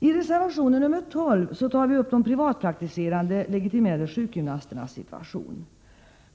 I reservation nr 12 tar vi upp de privatpraktiserande legitimerade sjukgymnasternas situation.